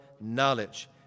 knowledge